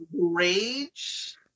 rage